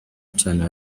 cane